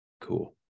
Cool